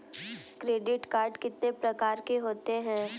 Credit card कितने प्रकार के होते हैं?